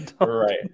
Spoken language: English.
right